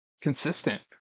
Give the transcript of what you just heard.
consistent